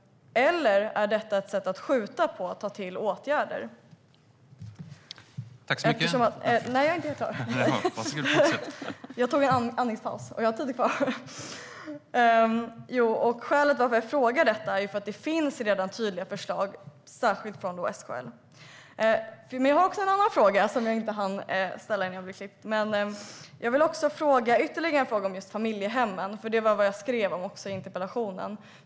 Eller är detta ett sätt att skjuta upp åtgärder? Skälet till att jag frågar detta är att det redan finns tydliga förslag, särskilt från SKL. Jag har också en annan fråga som jag inte hann ställa tidigare, och den gäller familjehemmen. Det var det som jag skrev om i interpellationen.